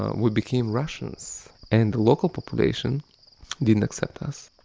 we became russians, and the local population didn't accept us,